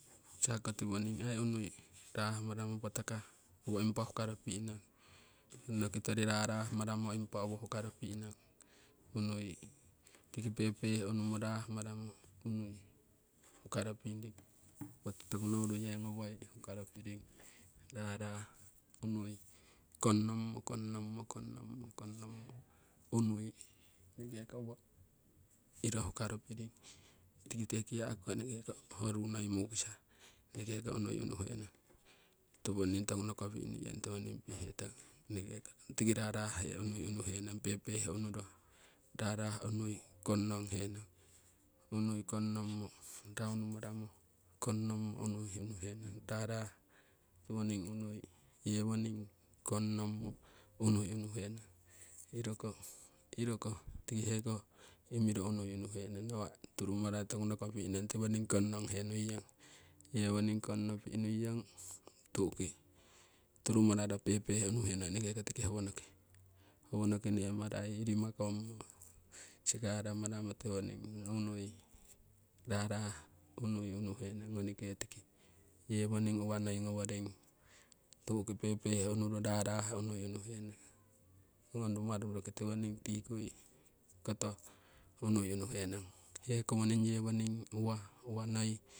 U'ukisako tiwoning aii unui rah maramo patakah owo impa hukaropi'no onunno kitori rahrah maramo impa owo hukaropi' nong unui tiki pehpeh unumo rah maramo unui hukaropiring. Poti toku nowori yii ngowoi huka roping rahrah unui kongnommo kongnommo, kongnommo unui eneke ko iro huka ropiring tikite kiyaku ko enekeko ho ruu noi mukisa enekeko unui unuhenong. Tiko ngoni toku nokopi' nuiyong tiwoning pihetong enekeko tiki rarah hee unuhe nong pehpeh unuro rahrah kongnonghe nuiyong, unui kongnommo raunu maramo kongnommo unui unuhenong rahrah tiwoning unui yewoning kongnommo unui unuhenong. Iroko tiki heko imiro unui unuhe nong nawa' turumararo toku ngoki pi'i nuiyong tiwoning kongnonghe nuiyong, yewoning kongnopi' nuiyong tu'uki turumararo pehpeh unuhenong eneke ko tiki howonoki ne'marai irima kommo, sikara maramo tiwoning unui rahrah unui unuhenong ngonike tiki. Yewoning uwa noi ngoworing tu'uki pehpeh unuro rarah unui unuhenong ngong rumaru roki tiwoning tikui koto unui unuhenong hekowoning yewoning uwa, uwa noi.